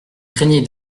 craignaient